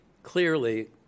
Clearly